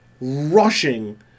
rushing